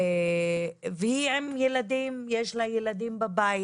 והיא עם ילדים, יש לה ילדים בבית.